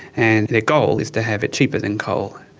and their goal is to have it cheaper than coal,